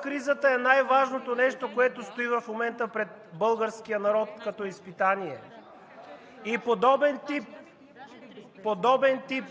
кризата е най-важното нещо, което стои в момента пред българския народ като изпитание. Подобен тип